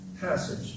passage